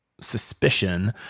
suspicion